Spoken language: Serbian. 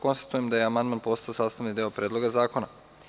Konstatujem da je on postao sastavni deo Predloga zakona.